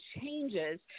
changes